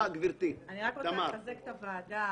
אני רק רוצה לחזק את הוועדה.